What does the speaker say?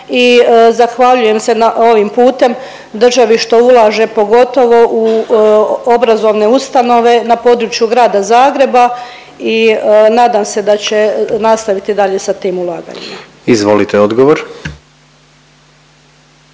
i zahvaljujem se ovim putem državi što ulaže pogotovo u obrazovne ustanove na području Grada Zagreba i nadam se da će nastaviti dalje sa tim ulaganjima. **Jandroković,